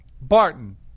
Barton